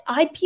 IP